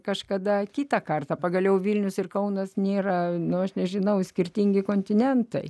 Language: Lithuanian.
kažkada kitą kartą pagaliau vilnius ir kaunas nėra nu aš nežinau skirtingi kontinentai